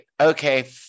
Okay